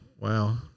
Wow